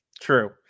True